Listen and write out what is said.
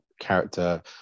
character